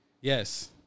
Yes